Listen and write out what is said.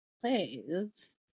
plays